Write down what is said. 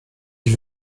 ich